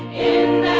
in